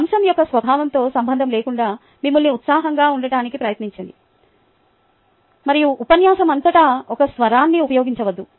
అంశం యొక్క స్వభావంతో సంబంధం లేకుండా మిమ్మల్ని ఉత్సాహంగా ఉండటానికి ప్రయత్నించండి మరియు ఉపన్యాసం అంతటా ఒకే స్వరాన్ని ఉపయోగించవద్దు